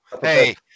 Hey